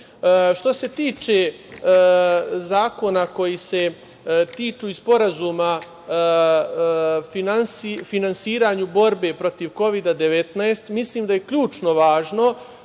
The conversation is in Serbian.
se tiče zakona koji se tiču i Sporazuma o finansiranju borbe protiv Kovida-19, mislim da je ključno važna